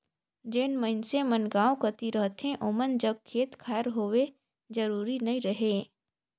जेन मइनसे मन गाँव कती रहथें ओमन जग खेत खाएर होए जरूरी नी रहें